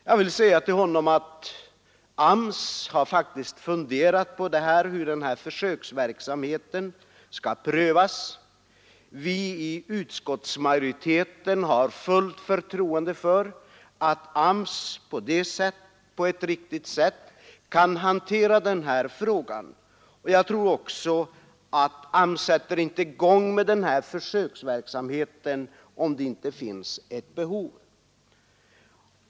Jag vill svara att AMS faktiskt har funderat på hur försöksverksamheten skall gå till. Utskottsmajoriteten har fullt förtroende för att AMS på ett riktigt sätt kan hantera den frågan. Jag tror inte heller att AMS sätter i gång med den här försöksverksamheten om det inte finns ett behov.